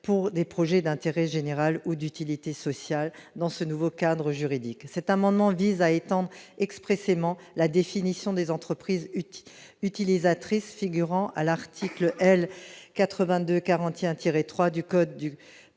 pour des projets d'intérêt général ou d'utilité sociale dans ce nouveau cadre juridique, cet amendement disent à étant expressément la définition des entreprises utilisent utilisatrice figurant à l'article L. 82 41 tiré 3 du code du